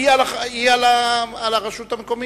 היא על הרשות המקומית.